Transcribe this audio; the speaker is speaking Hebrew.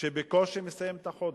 שבקושי מסיים את החודש.